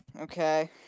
okay